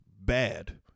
bad